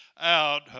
out